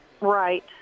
Right